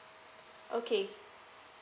okay